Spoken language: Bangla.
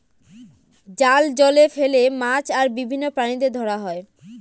জাল জলে ফেলে মাছ আর বিভিন্ন প্রাণীদের ধরা হয়